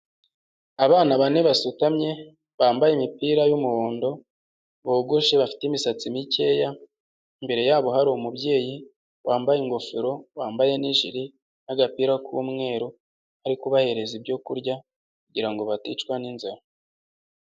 Abana bane basutamye bambaye imipira y'umuhondo bogoshe bafite imisatsi mikeya Imbere yabo hari umubyeyi wambaye ingofero wambaye n'ijiri n'agapira k'umweru ariko kubahereza ibyo kurya kugirango baticwa n'inzara.